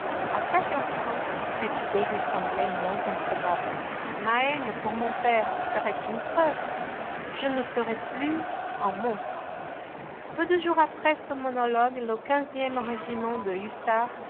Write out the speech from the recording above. a chaque instant cette idée lui semblait moins improbable ma haine pour mon père serait une preuve je ne serais plus un monstre peu de jours après ce monologue le quinzième régiment de hussards